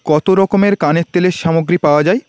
কত রকমের কানের তেলের সামগ্রী পাওয়া যায়